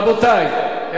רבותי,